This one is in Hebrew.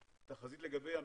והתחזית לגבי המיסים,